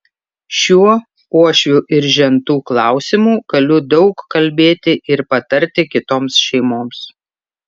šiuo uošvių ir žentų klausimu galiu daug kalbėti ir patarti kitoms šeimoms